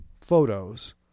photos